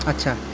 अच्छा